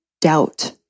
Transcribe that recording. doubt